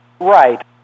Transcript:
Right